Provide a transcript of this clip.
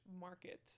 market